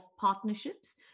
partnerships